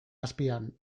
azpian